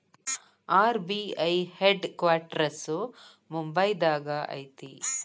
RBI headquarters ಮುಂಬೈದಾಗ ಐತಿ